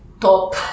top